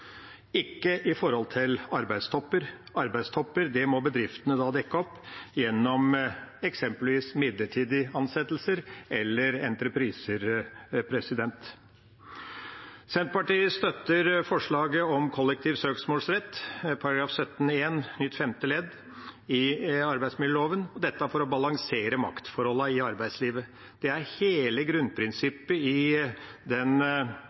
ikke i forhold til arbeidstopper. Arbeidstopper må bedriftene dekke opp gjennom eksempelvis midlertidige ansettelser eller entrepriser. Senterpartiet støtter forslaget om kollektiv søksmålsrett, § 17-1 nytt femte ledd i arbeidsmiljøloven, dette for å balansere maktforholdene i arbeidslivet. Det er hele grunnprinsippet i den